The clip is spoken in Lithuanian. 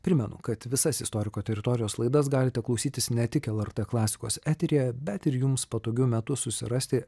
primenu kad visas istoriko teritorijos laidas galite klausytis ne tik lrt klasikos eteryje bet ir jums patogiu metu susirasti